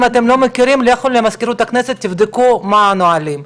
אם אתם לא מכירים תלכו למזכירות הכנסת ותבדקו מהם הנהלים,